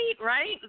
right